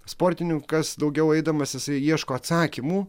sportininkas daugiau eidamas jisai ieško atsakymų